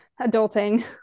adulting